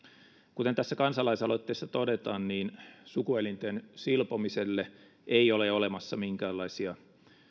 kuten tässä kansalaisaloitteessa todetaan sukuelinten silpomiselle ei ole olemassa minkäänlaisia